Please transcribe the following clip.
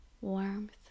warmth